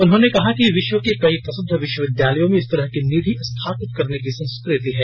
उन्होंने कहा कि विश्व के कई प्रसिद्ध विश्वविद्यालयों में इस तरह की निधि स्थापित करने की संस्कृति है